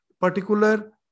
particular